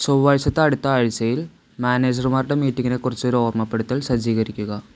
ചൊവ്വാഴ്ചത്തെ അടുത്ത ആഴ്ചയിൽ മാനേജർമാരുടെ മീറ്റിംഗിനെക്കുറിച്ച് ഒരു ഓർമ്മപ്പെടുത്തൽ സജ്ജീകരിക്കുക